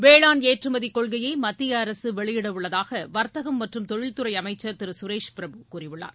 வேளாண் ஏற்றுமதி கொள்கையை மத்திய அரசு வெளியிட உள்ளதாக வர்த்தகம் மற்றும் தொழில்துறை அமைச்சர் திரு சுரேஷ் பிரபு கூறியுள்ளார்